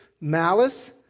malice